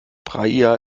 praia